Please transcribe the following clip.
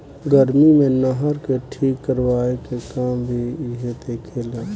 गर्मी मे नहर के ठीक करवाए के काम भी इहे देखे ला